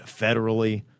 Federally